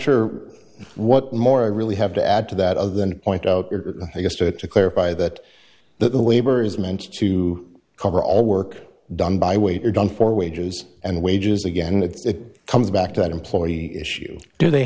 sure what more i really have to add to that other than point out your i guess to to clarify that that the labor is meant to cover all work done by weight are done for wages and wages again it comes back to that employee issue do they